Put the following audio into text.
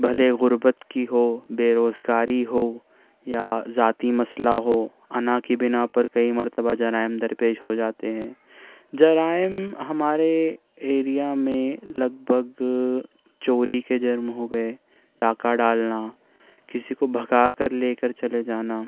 بھلے غربت کی ہو بےروزگاری ہو یا ذاتی مسئلہ ہو انا کی بنا پر کئی مرتبہ جرائم درپیش ہو جاتے ہیں جرائم ہمارے ایریا میں لگ بھگ چوری کے جرم ہو گئے ڈاکہ ڈالنا کسی کو بھگا کر لے کر چلے جانا